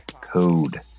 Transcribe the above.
code